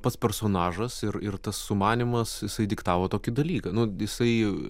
pats personažas ir ir tas sumanymas jisai diktavo tokį dalyką nu jisai